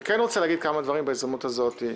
אני רוצה להגיד כמה דברים בהזדמנות הזאת.